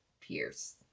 Pierce